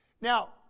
Now